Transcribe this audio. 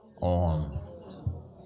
on